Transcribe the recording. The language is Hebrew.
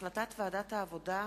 החלטת ועדת העבודה,